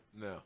No